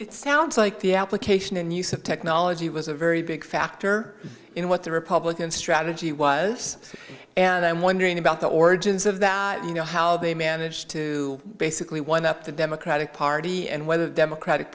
it sounds like the application and use of technology was a very big factor in what the republican strategy wise and i'm wondering about the origins of that you know how they managed to basically wind up the democratic party and whether the democratic